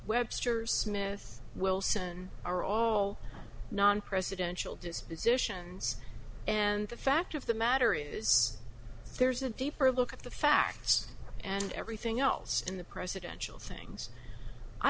webster smith wilson are all non presidential dispositions and the fact of the matter is there's a deeper look at the facts and everything else in the presidential things i